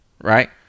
Right